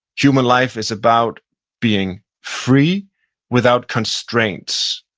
human life is about being free without constraints,